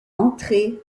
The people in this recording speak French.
entrez